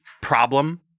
problem